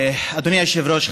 אדוני היושב-ראש,